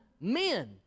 men